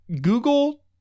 google